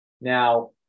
now